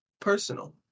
personal